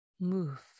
move